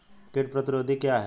कीट प्रतिरोधी क्या है?